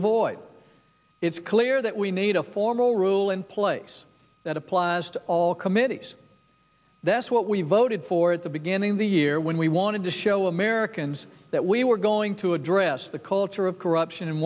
avoid it's clear that we need a formal rule in place that applies to all committees that's what we voted for at the beginning of the year when we wanted to show americans that we were going to address the culture of corruption in